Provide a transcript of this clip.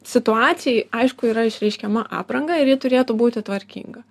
situacijai aišku yra išreiškiama apranga ir ji turėtų būti tvarkinga